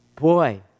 boy